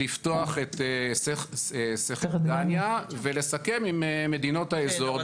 לפתוח את סכר דגניה ולסכם עם מדינות האזור,